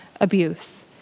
abuse